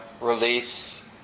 release